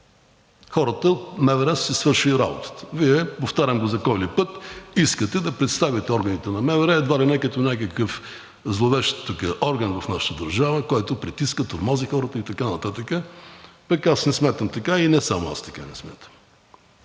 Хората от МВР са си свършили работата. Вие, повтарям го за кой ли път, искате да представите органите на МВР едва ли не като някакъв зловещ орган в нашата държава, който притиска, тормози хората и така нататък, пък аз не смятам така, и не само аз така не смятам.